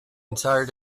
entire